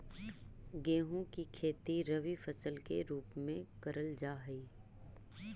गेहूं की खेती रबी फसल के रूप में करल जा हई